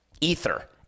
ether